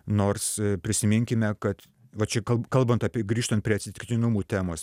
nors prisiminkime kad va čia kalb kalbant apie grįžtant prie atsitiktinumų temos